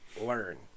learn